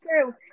true